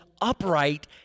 upright